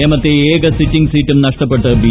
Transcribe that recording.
നേമത്തെ ഏക സ്ട്രിറ്റിംഗ് സീറ്റും നഷ്ടപ്പെട്ട് ബി